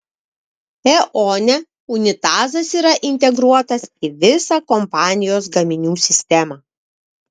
eone unitazas yra integruotas į visą kompanijos gaminių sistemą